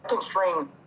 string